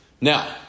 Now